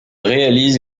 réalise